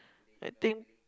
I think